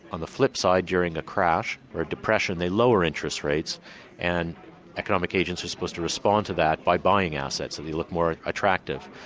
on the flipside, during a crash or a depression they lower interest rates and economic agents are supposed to respond to that by buying assets and that look more attractive.